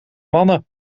mannen